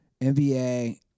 NBA